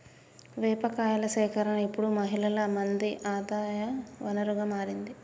వేప కాయల సేకరణ ఇప్పుడు మహిళలు మంది ఆదాయ వనరుగా మారింది